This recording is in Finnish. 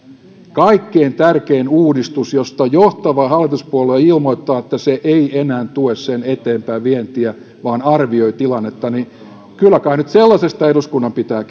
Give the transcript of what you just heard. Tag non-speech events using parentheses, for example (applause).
kaikkein tärkein uudistus josta johtava hallituspuolue ilmoittaa että se ei enää tue sen eteenpäinvientiä vaan arvioi tilannetta kyllä kai sellaisesta eduskunnan pitää (unintelligible)